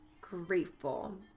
grateful